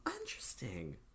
interesting